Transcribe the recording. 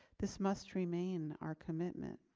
this must remain our commitment.